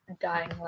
dying